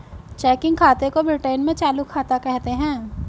checking खाते को Britain में चालू खाता कहते हैं